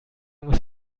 muss